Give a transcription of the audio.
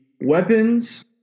Weapons